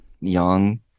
young